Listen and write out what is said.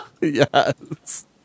Yes